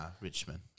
Richmond